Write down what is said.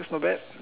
that's not bad